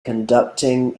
conducting